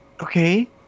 Okay